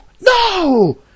No